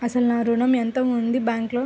అసలు నా ఋణం ఎంతవుంది బ్యాంక్లో?